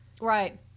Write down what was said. Right